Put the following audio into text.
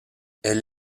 elle